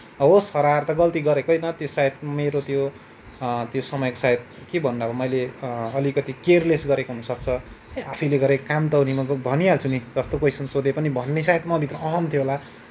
होस हराएर त गल्ती गरेको होइन त्यो शायद मेरो त्यो त्यो समयको शायद के भन्नु अब मैले अलिकति केयरलेस गरेको हुन सक्छ ए आफैले गरेको काम त हे नि म भनीहाल्छु नि जस्तो क्वेसन सोधे पनि भन्ने शायद म भित्र अहम थियो होला